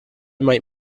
might